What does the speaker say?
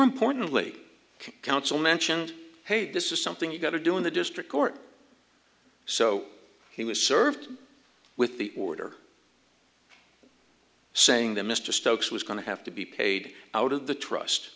importantly counsel mentioned hey this is something you've got to do in the district court so he was served with the order saying that mr stokes was going to have to be paid out of the trust